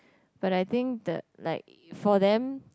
but I think the like for them